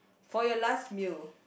for your last meal